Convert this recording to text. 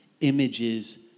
images